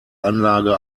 anlage